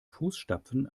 fußstapfen